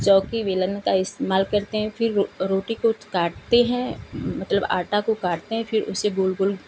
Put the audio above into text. चौकी बेलन का इस्तेमाल करते है फिर रो रोटी को काटते हैं मतलब आटा को काटते हैं फिर उसको गोल गोल